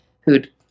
who'd